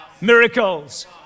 miracles